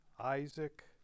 Isaac